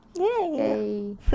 Yay